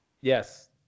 Yes